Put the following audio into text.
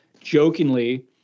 jokingly